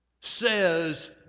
says